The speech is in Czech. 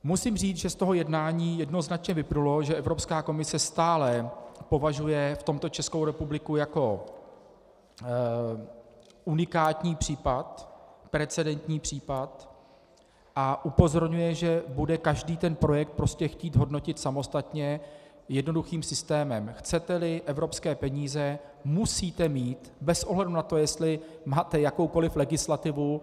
Musím říct, že z toho jednání jednoznačně vyplynulo, že Evropská komise stále považuje v tomto Českou republiku jako unikátní případ, precedentní případ, a upozorňuje, že každý projekt bude chtít hodnotit samostatně jednoduchým systémem chceteli evropské peníze, musíte mít bez ohledu na to, jestli máte jakoukoli legislativu...